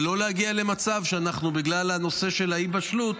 ולא להגיע למצב שבגלל הנושא של אי-בשלות